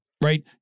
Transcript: Right